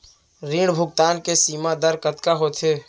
ऋण भुगतान के सीमा दर कतका होथे?